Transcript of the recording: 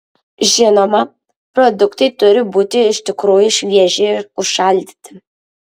žinoma produktai turi būti iš tikrųjų švieži užšaldyti